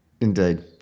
indeed